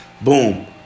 Boom